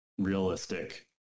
realistic